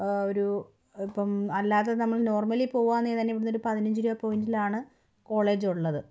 ഒരു ഇപ്പം അല്ലാതെ നമ്മൾ നോർമലി പോകുവാണെ നീ തന്നെ ഇവിടുന്നൊരു പതിനഞ്ച് രൂപ പോയിൻറിലാണ് കോളേജുള്ളത്